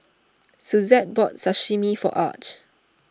Suzette bought Sashimi for Arch